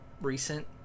Recent